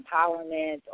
empowerment